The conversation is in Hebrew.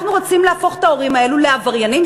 אנחנו רוצים להפוך את ההורים האלה לעבריינים.